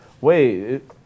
Wait